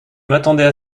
m’attendais